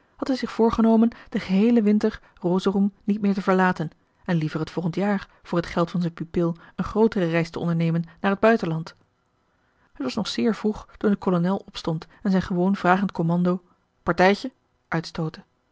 had hij zich voorgenomen den geheelen winter rosorum niet meer te verlaten en liever het volgend jaar voor het geld van zijn pupil een grootere reis te ondernemen naar het buitenland het was nog zeer vroeg toen de kolonel opstond en zijn gewoon vragend commando partijtje uitstootte